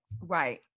Right